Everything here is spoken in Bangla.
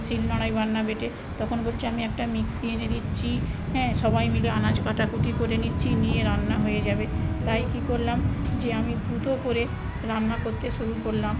শিলনোড়ায় বাটনা বেটে তখন বলছে আমি একটা মিক্সি এনে দিচ্ছি হ্যাঁ সবাই মিলে আনাজ কাটা কুটি করে নিচ্ছি নিয়ে রান্না হয়ে যাবে তাই কী করলাম যে আমি দ্রুত করে রান্না করতে শুরু করলাম